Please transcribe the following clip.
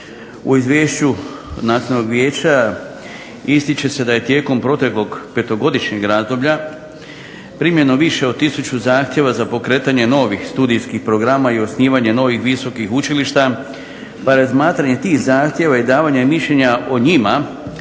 U izvješću Nacionalnog vijeća ističe se da je tijekom proteklog petogodišnjeg razdoblja primljeno više od tisuću zahtjeva za pokretanje novih studijskih programa i osnivanje novih visokih učilišta pa je razmatranje tih zahtjeva i davanje mišljenja o njima